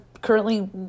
currently